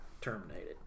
terminated